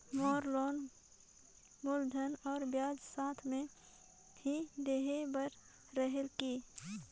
मोर loan मूलधन और ब्याज साथ मे ही देहे बार रेहेल की?